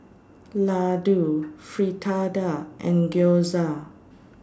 Ladoo Fritada and Gyoza